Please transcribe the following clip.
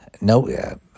no